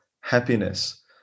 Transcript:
Happiness